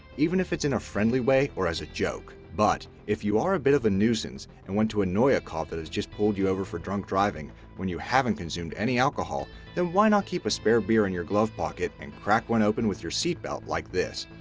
even if it's in a friendly way or as a joke. but, if you are a bit of a nuisance, and want to annoy a a cop that has just pulled you over for drink driving when you haven't consumed any alcohol then why not keep a spare beer in your glove pocket and crack one open with your seatbelt like this?